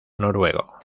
noruego